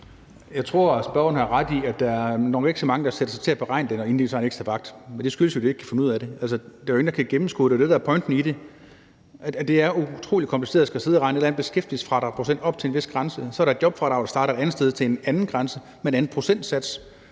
Jeg tror, at spørgeren har ret i, at der nok ikke er så mange, der sætter sig til at beregne det, inden de tager en ekstra vagt, men det skyldes jo, at de ikke kan finde ud af det. Altså, der er jo ingen, der kan gennemskue det – det er jo det, der er pointen i det. Det er utrolig kompliceret at skulle sidde og beregne en eller anden beskæftigelsesfradragsprocent op til en vis grænse. Så er der et jobfradrag, der starter et andet sted, ved en anden grænse og med en anden procentsats.